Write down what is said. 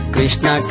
Krishna